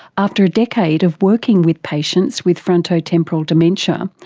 after a decade of working with patients with frontotemporal dementia,